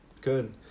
Good